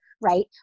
right